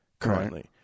Currently